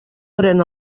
pren